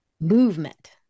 movement